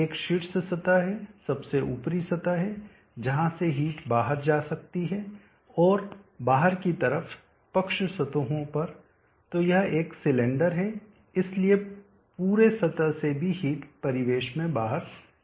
एक शीर्ष सतह है सबसे ऊपरी सतह है जहां से हीट बाहर जा सकती है और बाहर की तरफ पक्ष सतहों पर तो यह एक सिलेंडर है इसलिए पूरे सतह से भी हीट परिवेश में बाहर जा सकती है